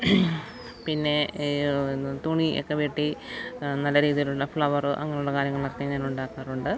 പിന്നെ ഈ തുണിയൊക്കെ വെട്ടി നല്ല രീതിയിലുള്ള ഫ്ലവർ അങ്ങനെയുള്ള കാര്യങ്ങളൊക്കെ ഞാനുണ്ടാക്കാറുണ്ട്